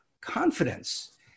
confidence